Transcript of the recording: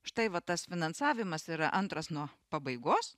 štai va tas finansavimas yra antras nuo pabaigos